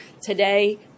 today